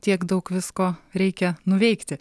tiek daug visko reikia nuveikti